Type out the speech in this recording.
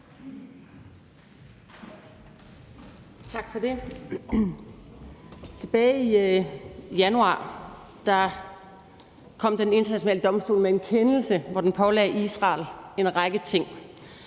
Tilbage i januar kom Den Internationale Domstols med en kendelse, hvor den pålagde Israel en række ting.